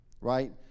Right